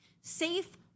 Safe